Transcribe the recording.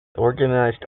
organized